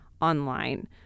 online